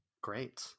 Great